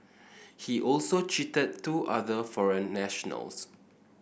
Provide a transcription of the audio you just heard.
he also cheated two other foreign nationals